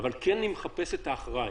אבל אני כן מחפש את האחראי,